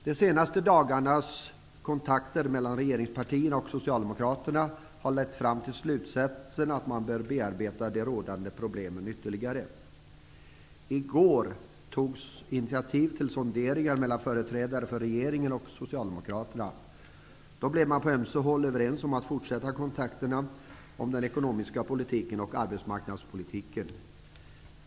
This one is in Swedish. De senaste dagarnas kontakter mellan regeringspartierna och Socialdemokraterna har lett fram till slutsatsen att man bör bearbeta de rådande problemen ytterligare. I går togs initiativ till sonderingar mellan företrädare för regeringen och Socialdemokraterna. Då blev man på ömse håll överens om att fortsätta kontakterna om den ekonomiska politiken och arbetsmarknadspolitiken.